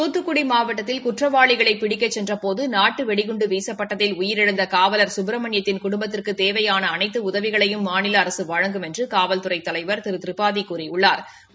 தூத்துக்குடி மாவட்டத்தில் குற்றவாளிகளை பிடிக்கச் சென்றபோது நாட்டு வெடிகுண்டு வீசுப்பட்டதில் உயிரிழந்த காவலர் சுப்ரமணியத்தின் குடும்பத்திற்குத் தேவையாள அனைதது உதவிகளையும் மாநில அரசு வழங்கும் என்று காவல்துறை தலைவா் திரு திரிபாதி கூறியுள்ளாா்